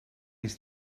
his